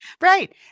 Right